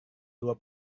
dua